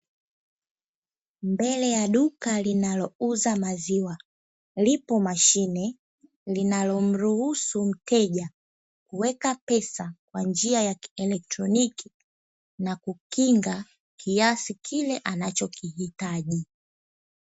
Mbele ya duka linalouza maziwa, lipo mashine linalomruhusu mteja kuweka pesa kwa njia ya kielektroniki na kukinga kiasi kile anachokihitaji.